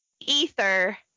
Ether